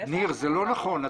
ניר, זה לא נכון.